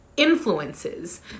influences